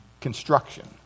construction